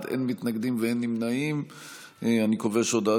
מהוועדה המיוחדת לעניין נגיף הקורונה החדש ולבחינת